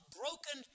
broken